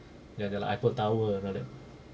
ya lah the eiffel tower and all that